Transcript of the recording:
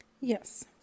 yes